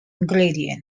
ingredient